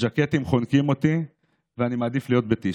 ז'קטים חונקים אותי ואני מעדיף להיות בטי-שירט.